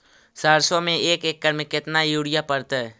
सरसों में एक एकड़ मे केतना युरिया पड़तै?